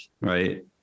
right